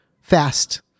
fast